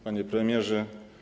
Panie Premierze!